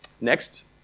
Next